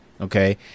Okay